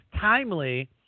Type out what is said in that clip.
timely